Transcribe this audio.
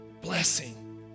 blessing